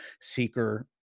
seeker